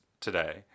today